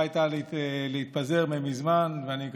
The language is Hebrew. היא צריכה הייתה להתפזר מזמן,